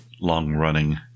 long-running